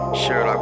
sure